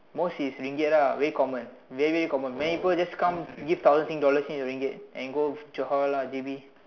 most is Ringgit ah very common very very common many people just come give thousand sing dollars change to Ringgit and go Johor lah J_B